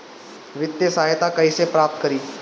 वित्तीय सहायता कइसे प्राप्त करी?